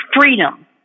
freedom